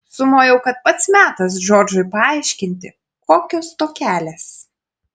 sumojau kad pats metas džordžui paaiškinti kokios tokelės